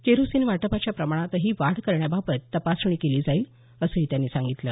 kerosene वाटपाच्या प्रमाणातही वाढ करण्याबाबत तपासणी केली जाईल असंही त्यांनी सांगितलं